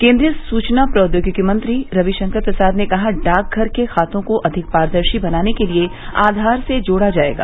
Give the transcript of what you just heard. केन्द्रीय सुचना प्रौद्योगिकी मंत्री रविशंकर प्रसाद ने कहा डाक घर के खातों को अधिक पारदर्शी बनाने के लिए आधार से जोड़ा जाएगा